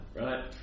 right